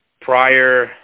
prior